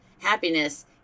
Happiness